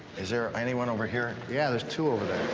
is there anyone over here? yeah, there's two over there.